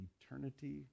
eternity